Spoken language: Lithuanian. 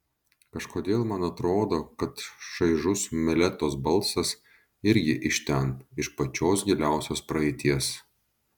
kažkodėl man atrodo kad šaižus meletos balsas irgi iš ten iš pačios giliausios praeities